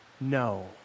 no